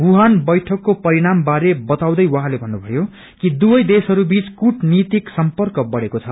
Wuhan बैठकको परिणामा बारे वताउँदे उहाँद भन्नुभयो कि दुवै देशहरूबीच कूटनीतिक सम्पक बढ़ेको छ